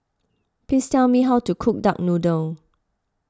please tell me how to cook Duck Noodle